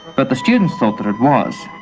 but the students felt that it was.